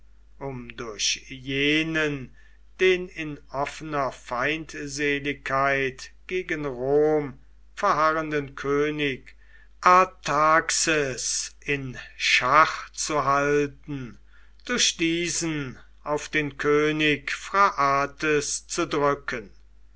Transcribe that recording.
um durch jenen den in offener feindseligkeit gegen rom verharrenden könig artaxes in schach zu halten durch diesen auf den könig phraates zu drücken